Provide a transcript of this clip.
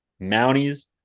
Mounties